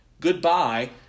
goodbye